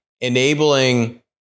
enabling